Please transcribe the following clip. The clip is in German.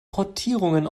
portierungen